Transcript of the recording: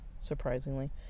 surprisingly